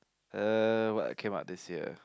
uh what came out this year